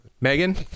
Megan